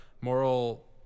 moral